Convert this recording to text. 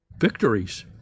victories